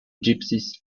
gypsies